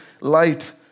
light